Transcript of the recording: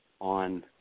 on